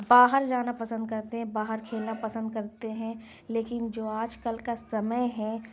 باہر جانا پسند کرتے ہیں باہر کھیلنا پسند کرتے ہیں لیکن جو آج کل کا سمے ہے